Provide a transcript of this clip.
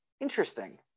Interesting